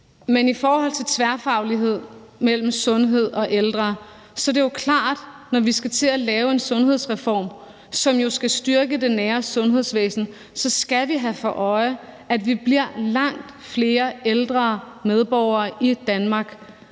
Men i forhold til tværfaglighed mellem sundheds- og ældreområdet er det jo klart, at når vi skal til at lave en sundhedsreform, som skal styrke det nære sundhedsvæsen, så skal vi have for øje, at vi bliver langt flere ældre medborgere i Danmark,